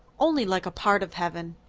only like a part of heaven.